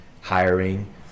hiring